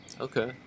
Okay